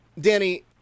Danny